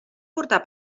portar